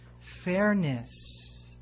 fairness